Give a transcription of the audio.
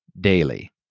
daily